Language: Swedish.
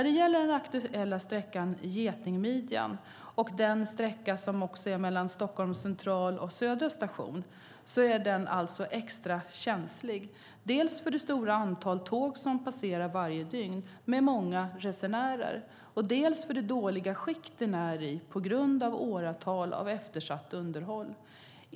Den aktuella sträckan, getingmidjan, mellan Stockholms central och Södra station är extra känslig, dels för det stora antal tåg som passerar varje dygn med många resenärer, dels för det dåliga skick den är i på grund av åratal av eftersatt underhåll.